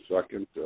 second